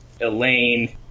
Elaine